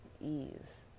ease